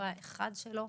לא היה אחד שלא.